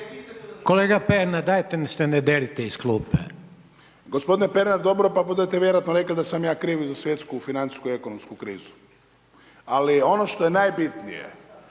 Kolega Pernar, dajte se ne derite iz klupe./…